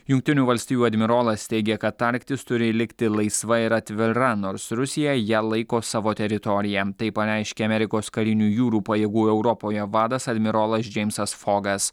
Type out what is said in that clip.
jungtinių valstijų admirolas teigia kad arktis turi likti laisva ir atvira nors rusija ją laiko savo teritorija tai pareiškė amerikos karinių jūrų pajėgų europoje vadas admirolas džeimsas fogas